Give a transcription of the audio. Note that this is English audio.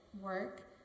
work